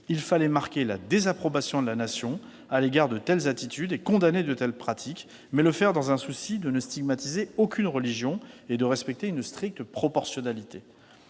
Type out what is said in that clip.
il fallait marquer la désapprobation de la Nation à l'égard de telles attitudes et condamner de telles pratiques, mais le faire avec le souci de ne stigmatiser aucune religion et de respecter une stricte proportionnalité.